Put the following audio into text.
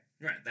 Right